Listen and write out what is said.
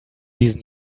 diesen